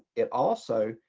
it also,